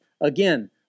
again